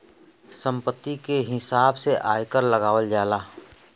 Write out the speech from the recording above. संपत्ति के हिसाब से आयकर लगावल जाला